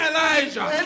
Elijah